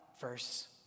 verse